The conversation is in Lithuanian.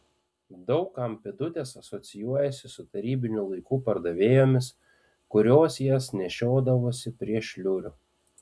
daug kam pėdutės asocijuojasi su tarybinių laikų pardavėjomis kurios jas nešiodavo prie šliurių